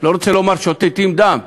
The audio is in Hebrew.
לא רוצה לומר שותתים דם,